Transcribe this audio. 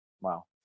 Wow